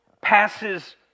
passes